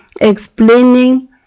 explaining